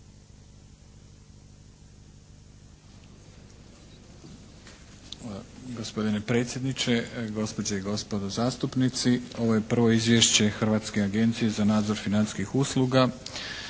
Hrvatske agencije za nadzor financijskih usluga.